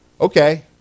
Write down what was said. Okay